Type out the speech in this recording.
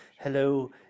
hello